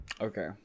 Okay